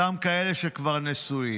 אותם אלה שכבר נשואים,